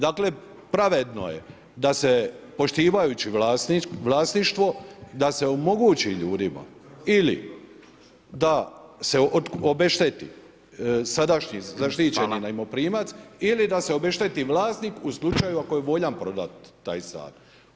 Dakle, pravedno da se poštivajući vlasništvo, da se omogući ljudima ili da se obešteti sadašnji zaštićeni najmoprimac ili da se obešteti vlasnik u slučaju ako volja prodati taj stan.